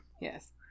yes